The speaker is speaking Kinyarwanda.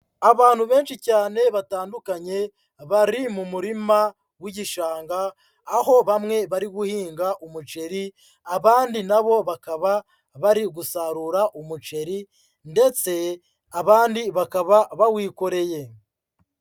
Abantu benshi cyane batandukanye bari mu murima w'igishanga, aho bamwe bari guhinga umuceri, abandi na bo bakaba bari gusarura umuceri, ndetse abandi bakaba bawikoreye.